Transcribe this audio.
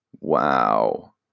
Wow